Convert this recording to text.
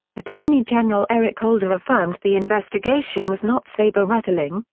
attorney general eric holder affirmed the investigation was not saber-rattling,